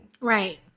Right